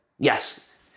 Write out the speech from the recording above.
Yes